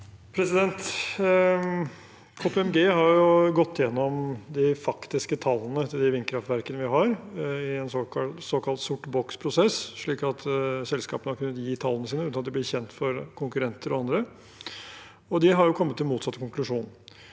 KPMG har gått gjen- nom de faktiske tallene til de vindkraftverkene vi har – i en såkalt sort boks-prosess, slik at selskapene har kunnet gi tallene sine uten at de ble kjent for konkurrenter og andre. De har kommet til motsatt konklusjon,